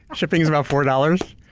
shipping is about four dollars.